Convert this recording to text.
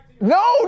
No